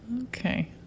Okay